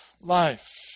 life